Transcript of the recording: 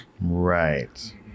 Right